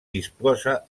disposa